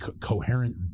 coherent